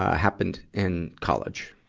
happened in college.